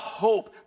hope